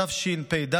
התשפ"ד